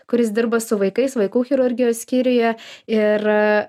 kuris dirba su vaikais vaikų chirurgijos skyriuje ir